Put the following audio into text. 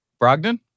Brogdon